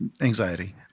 Anxiety